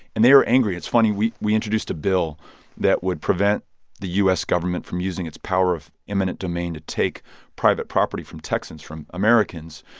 and they are angry it's funny. we we introduced a bill that would prevent the u s. government from using its power of eminent domain to take private property from texans, from americans,